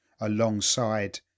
alongside